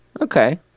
okay